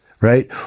right